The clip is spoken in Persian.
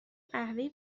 قهوه